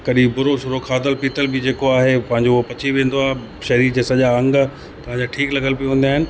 कॾहिं बुरो शुरो खादल पीतल बि जेको आहे पंहिंजो उहो पची वेंदो आहे शरीर जा सॼा अंग पंहिंजा ठीकु लॻियल बि हूंदा आहिनि